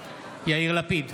יאיר לפיד,